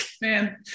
Man